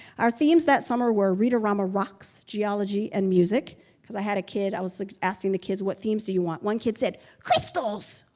our themes that summer were read-a-rama rocks geology and music because i had a kid i was asking the kids what themes do you want one kid said crystals?